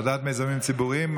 ועדת מיזמים ציבוריים.